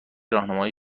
راهنمای